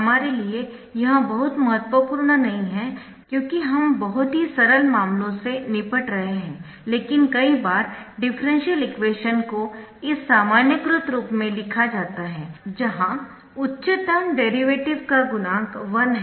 हमारे लिए यह बहुत महत्वपूर्ण नहीं है क्योंकि हम बहुत ही सरल मामलों से निपट रहे है लेकिन कई बार डिफरेंशियल इक्वेशन को इस सामान्यीकृत रूप में लिखा जाता है जहां उच्चतम डेरीवेटिव का गुणांक 1 है